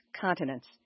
continents